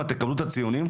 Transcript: אתם תקבלו את הציונים,